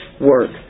work